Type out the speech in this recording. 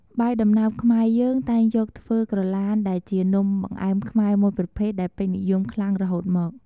បាយដំណើបខ្មែរយើងតែងយកធ្វើក្រឡានដែលជានំបង្អែមខ្មែរមួយប្រភេទដែលពេញនិយមខ្លាំងរហូតមក។